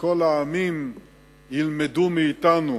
שכל העמים ילמדו מאתנו